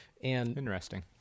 Interesting